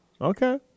Okay